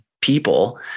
people